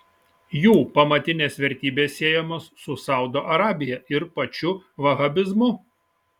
jų pamatinės vertybės siejamos su saudo arabija ir pačiu vahabizmu